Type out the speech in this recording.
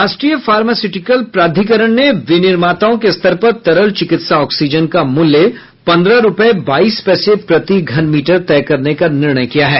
राष्ट्रीय फार्मास्युटिकल प्राधिकरण ने विनिर्माताओं के स्तर पर तरल चिकित्सा ऑक्सीजन का मूल्य पन्द्रह रूपये बाईस पैसे प्रति घनमीटर तय करने का निर्णय किया है